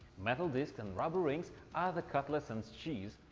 metal discs and rubber rings are the cutlets and the cheese.